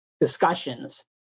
discussions